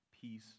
peace